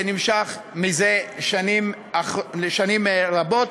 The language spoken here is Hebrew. שנמשך זה שנים רבות,